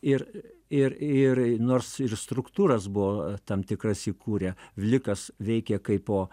ir ir ir nors ir struktūras buvo tam tikras įkūrę vlikas veikė kaip o